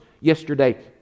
yesterday